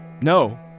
No